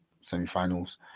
semi-finals